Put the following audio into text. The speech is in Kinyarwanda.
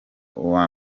uwa